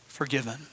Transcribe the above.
forgiven